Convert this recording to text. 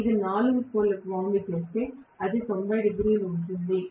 ఇది నాలుగు పోల్ లకు వౌండ్ చేస్తే అది 90 డిగ్రీలు ఉంటుంది